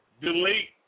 Delete